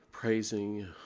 Praising